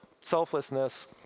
selflessness